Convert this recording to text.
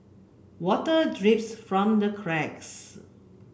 water drips from the cracks